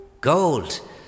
Gold